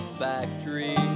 factory